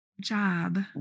job